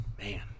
Man